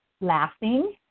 Laughing